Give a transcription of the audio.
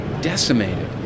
decimated